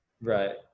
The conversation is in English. right